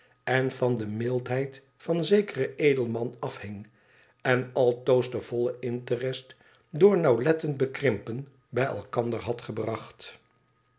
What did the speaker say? en van de mildheid van zekeren edelman afhing en altoos den vollen interest door nauwlettend bekrimpen bij elkander had gebracht